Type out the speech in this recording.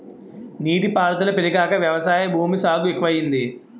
నీటి పారుదుల పెరిగాక వ్యవసాయ భూమి సాగు ఎక్కువయింది